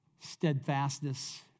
steadfastness